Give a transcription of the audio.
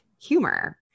humor